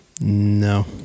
No